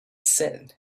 said